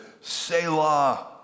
Selah